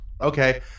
Okay